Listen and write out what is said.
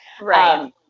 Right